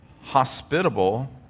hospitable